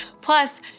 Plus